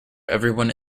everyone